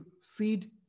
seed